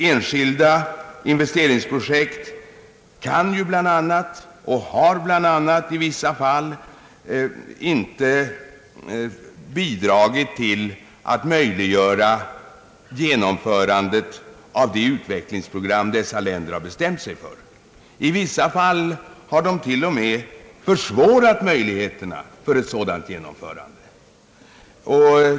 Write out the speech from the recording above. Enskilda investeringsprojekt har i vissa fall visat sig icke bidra till att möjliggöra genomförandet av de utvecklingsprogram dessa länder har bestämt sig för. I vissa fall har de t.o.m. försämrat möjligheterna för ett sådant genomförande.